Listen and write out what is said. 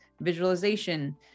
visualization